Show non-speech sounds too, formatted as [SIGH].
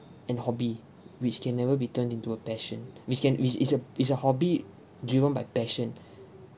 and hobby which can never be turned into a passion we can it's it's a it's a hobby driven by passion [BREATH]